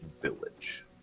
village